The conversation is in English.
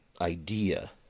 idea